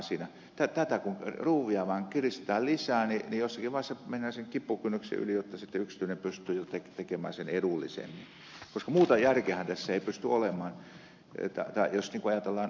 tätä ruuvia kun kiristetään vaan lisää niin jossakin vaiheessa mennään sen kipukynnyksen yli jotta sitten yksityinen pystyy jo tekemään sen edullisemmin koska muuta järkeähän tässä ei pysty olemaan jos niin kuin ajatellaan kuntien itsemääräämisen osalta